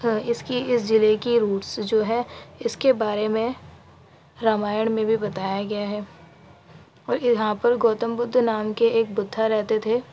اس کی اس ضلع کی روٹس جو ہے اس کے بارے میں رامائن میں بھی بتایا گیا ہے اور یہاں پر گوتم بدھ نام کے ایک بدھا رہتے تھے